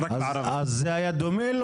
זה היה דומה?